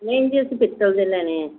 ਨਹੀਂ ਜੀ ਅਸੀਂ ਪਿੱਤਲ ਦੇ ਲੈਣੇ ਹੈ